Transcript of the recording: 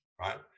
right